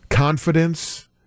Confidence